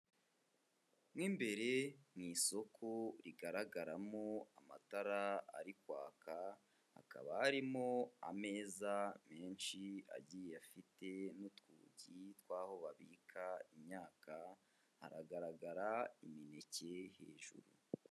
Mo imbere mu isoko rigaragaramo amatara ari kwaka, hakaba harimo ameza menshi agiye afite n'utwugi tw'aho babika imyaka, haragaragara imineke hejuru.